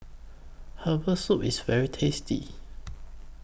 Herbal Soup IS very tasty